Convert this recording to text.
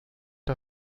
der